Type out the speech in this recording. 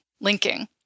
linking